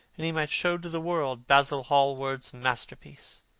and he might show to the world basil hallward's masterpiece.